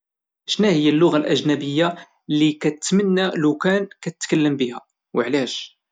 شناهيا اللغة الأجنبية اللي كتمنى لوكان تكلم بيها وعلاش؟